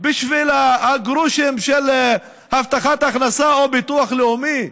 בשביל הגרושים של הבטחת הכנסה או ביטוח לאומי?